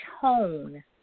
tone